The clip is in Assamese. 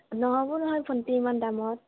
নহ'ব নহয় ভণ্টি ইমান দামত